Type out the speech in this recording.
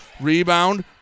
Rebound